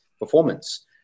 performance